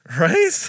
Right